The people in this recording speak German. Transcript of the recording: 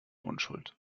unschuld